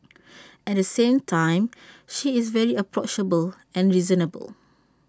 at the same time she is very approachable and reasonable